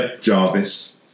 Jarvis